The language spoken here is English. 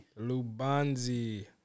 Lubanzi